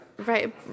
right